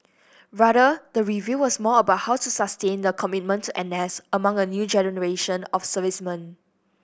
rather the review was more about how to sustain the commitment to N S among a new generation of servicemen